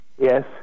Yes